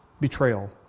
betrayal